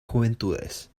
juventudes